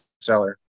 seller